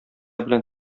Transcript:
белән